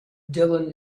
dylan